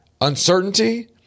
uncertainty